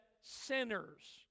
sinners